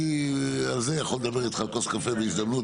אני יכול לדבר אתך על זה על כוס קפה בהזדמנות,